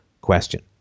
question